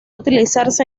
utilizarse